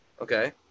Okay